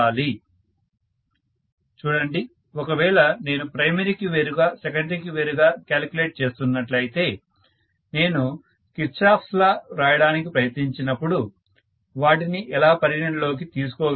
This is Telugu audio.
ప్రొఫెసర్ చూడండి ఒకవేళ నేను ప్రైమరీకి వేరుగా సెకండరీకి వేరుగా క్యాలిక్యులేట్ చేస్తున్నట్లయితే నేను కిర్చాఫ్స్ లా Kirchhoff's law వ్రాయడానికి ప్రయత్నించినపుడు వాటిని ఎలా పరిగణనలోకి తీసుకోగలను